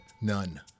None